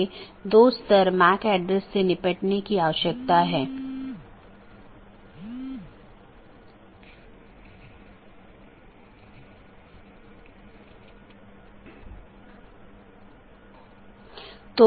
और जैसा कि हम समझते हैं कि नीति हो सकती है क्योंकि ये सभी पाथ वेक्टर हैं इसलिए मैं नीति को परिभाषित कर सकता हूं कि कौन पारगमन कि तरह काम करे